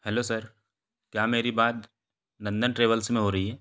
hello sir क्या मेरी बात नंदन ट्रेवल्स में हो रही है